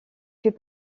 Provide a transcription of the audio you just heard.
fait